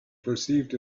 perceived